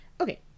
Okay